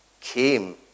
came